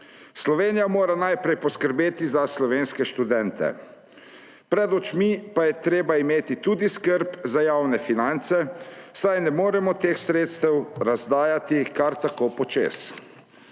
Slovenija mora najprej poskrbeti za slovenske študente. Pred očmi pa je treba imeti tudi skrb za javne finance, saj ne moremo teh sredstev razdajati kar tako počez.